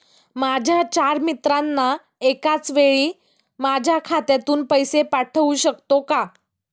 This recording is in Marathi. माझ्या चार मित्रांना एकाचवेळी माझ्या खात्यातून पैसे पाठवू शकतो का?